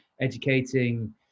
educating